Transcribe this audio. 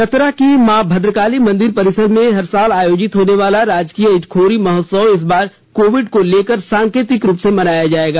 चतरा के मां भद्रकाली मंदिर परिसर में हर साल आयोजित होने वाला राजकीय ईटखोरी महोत्सव इस बार कोविड को लेकर सांकेतिक रूप से मनाया जाएगा